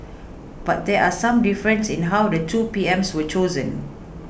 but there are some differences in how the two P Ms were chosen